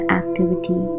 activity